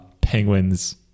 penguins